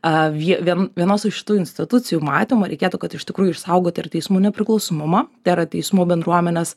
vienos iš šitų institucijų matymą reikėtų kad iš tikrųjų išsaugoti ir teismų nepriklausomumą tai yra teismų bendruomenės